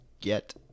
get